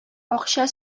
акча